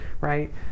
right